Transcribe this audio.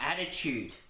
attitude